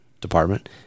Department